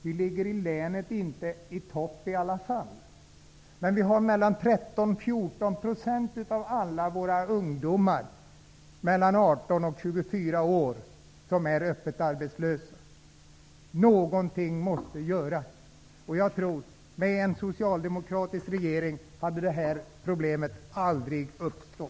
Vi ligger i länet inte i topp i alla fall, men 13--14 % av alla våra ungdomar mellan 18 och 24 år är öppet arbetslösa. Någonting måste göras! Jag tror att det här problemet aldrig hade uppstått med en socialdemokratisk regering.